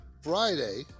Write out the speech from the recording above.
Friday